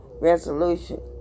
resolution